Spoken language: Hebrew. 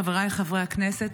חבריי חברי הכנסת,